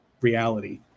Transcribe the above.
reality